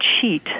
cheat